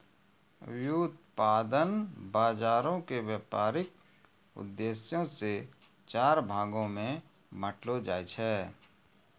व्युत्पादन बजारो के व्यपारिक उद्देश्यो से चार भागो मे बांटलो जाय छै